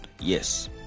yes